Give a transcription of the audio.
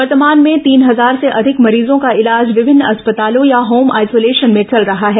वर्तमान में तीन हजार से अधिक मरीजों का इलाज विभिन्न अस्पतालों या होम आइसोलेशन में चल रहा है